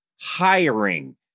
hiring